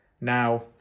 Now